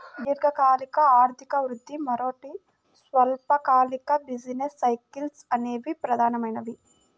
దీర్ఘకాలిక ఆర్థిక వృద్ధి, మరోటి స్వల్పకాలిక బిజినెస్ సైకిల్స్ అనేవి ప్రధానమైనవి